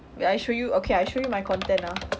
wait I show you okay I show you my content ah